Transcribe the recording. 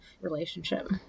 relationship